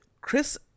Chris